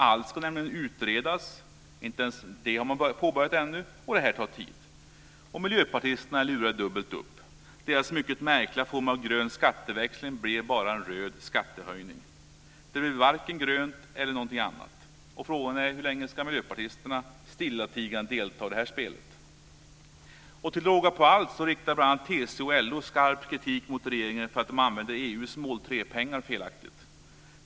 Allt ska nämligen utredas - inte ens detta har man påbörjat ännu - och det tar tid. Miljöpartisterna är lurade dubbelt upp. Deras mycket märkliga form av grön skatteväxling blev bara en röd skattehöjning. Det blev varken grönt eller någonting annat. Frågan är: Hur länge ska miljöpartisterna stillatigande delta i detta spel? Till råga på allt riktar bl.a. TCO och LO skarp kritik mot regeringen för att man använder EU:s mål 3-pengar felaktigt.